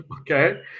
Okay